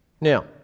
Now